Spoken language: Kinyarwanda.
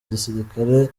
gisirikare